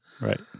Right